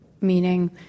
Meaning